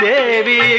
Devi